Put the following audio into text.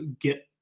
get